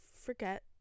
forget